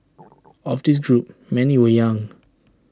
of this group many were young